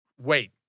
Wait